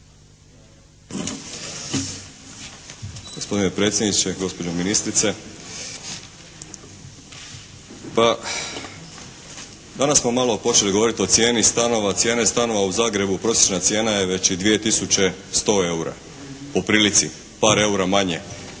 Gospodine predsjedniče, gospođo ministrice. Danas smo malo počeli govoriti o cijeni stanova. Cijene stanova u Zagrebu, prosječna cijena je već i 2 tisuće 100 eura po prilici, par eura manje